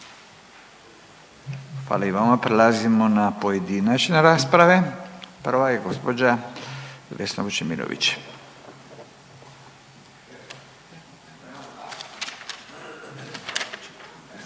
Hvala i vama. Prelazimo na pojedinačne rasprave, prva je gđa. Vesna Vučemilović,